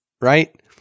Right